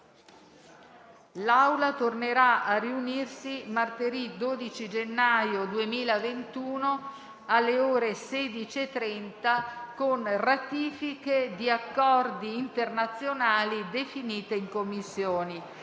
L'Assemblea tornerà a riunirsi martedì 12 gennaio 2021, alle ore 16,30, con ratifiche di accordi internazionali definite in Commissione.